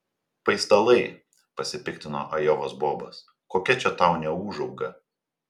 paistalai pasipiktino ajovos bobas kokia čia tau neūžauga